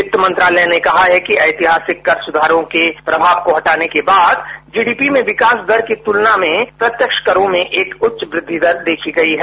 वित्त मंत्रालय ने कहा है कि ऐतिहासिक कर सुधारों के प्रभाव को हटाने के बाद जीडीपी में विकास दर की तुलना में प्रत्यक्ष करों में एक उच्च व्रद्वि दर देखी गई है